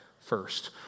first